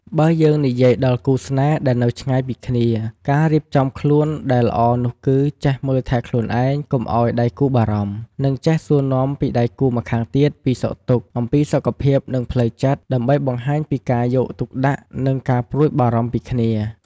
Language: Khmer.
បើយើងនិយាយដល់គូរស្នេហ៍ដែលនៅឆ្ងាយពីគ្នា ការរៀបចំខ្លួនដែលល្អនោះគឺចេះមើលថែខ្លួនឯងកុំឱ្យដៃគូរបារម្ភ និងចេះសួរនាំពីដៃគូរម្ខាងទៀតពីសុខទុក្ខ អំពីសុខភាពនិងផ្លូវចិត្ត ដើម្បីបង្ហាញពីការយកទុកដាក់និងការព្រួយបារម្ភពីគ្នា។